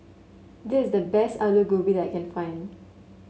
this is the best Aloo Gobi that I can find